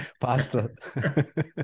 Pasta